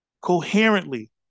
coherently